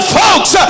folks